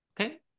Okay